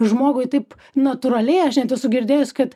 žmogui taip natūraliai aš net esu girdėjus kad